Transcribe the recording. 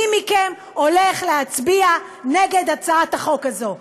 מי מכם הולך להצביע נגד הצעת החוק הזו?